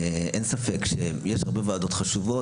אין ספק שיש הרבה ועדות חשובות,